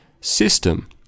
system